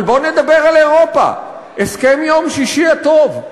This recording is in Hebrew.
אבל בוא נדבר על אירופה, הסכם "יום שישי הטוב",